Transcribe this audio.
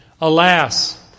Alas